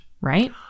right